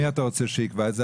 מי אתה רוצה שיקבע את זה?